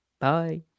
Bye